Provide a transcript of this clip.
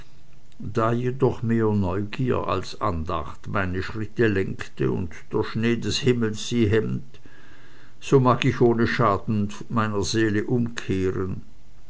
da jedoch mehr neu gier als andacht meine schritte lenkte und der schnee des himmels sie hemmt so mag ich ohne schaden meiner seele umkehren